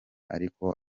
ariko